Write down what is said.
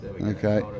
Okay